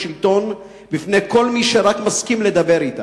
שלטון בפני כל מי שרק מסכים לדבר אתה.